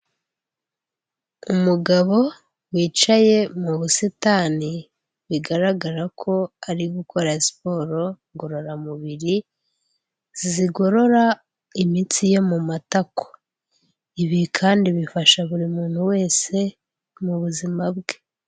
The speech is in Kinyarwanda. Umugabo wicaye mu busitani bigaragara ko ari gukora siporo ngororamubiri, zigorora imitsi yo mu matako, ibi kandi bifasha buri muntu wese mu buzima bwe.